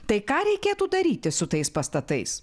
tai ką reikėtų daryti su tais pastatais